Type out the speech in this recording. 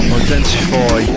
identify